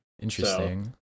Interesting